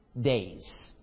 days